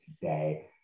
today